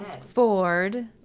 Ford